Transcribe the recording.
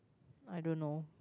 I don't know